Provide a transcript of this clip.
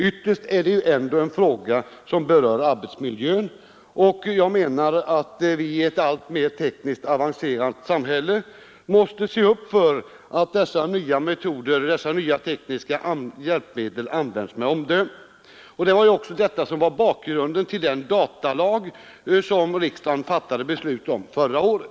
Ytterst är det ju ändå en fråga som berör arbetsmiljön, och jag menar att i ett alltmer tekniskt sofistikerat samhälle måste man se till att dessa nya moderna tekniska hjälpmedel används med omdöme. Det var också detta som var bakgrunden till den datalag som riksdagen fattade beslut om förra året.